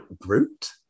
Groot